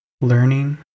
learning